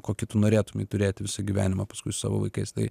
kokį tu norėtum jį turėti visą gyvenimą paskui su savo vaikais tai